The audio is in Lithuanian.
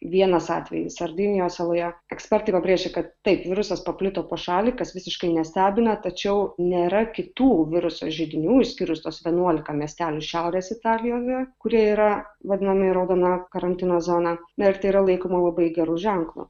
vienas atvejis sardinijos saloje ekspertai pabrėžė kad taip virusas paplito po šalį kas visiškai nestebina tačiau nėra kitų viruso židinių išskyrus tuos vienuolika miestelių šiaurės italijoje kurie yra vadinami raudona karantino zona na ir tai yra laikoma labai geru ženklu